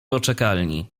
poczekalni